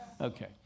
Okay